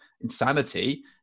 Insanity